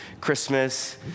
Christmas